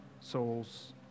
souls